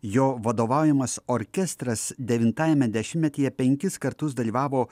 jo vadovaujamas orkestras devintajame dešimtmetyje penkis kartus dalyvavo